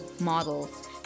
models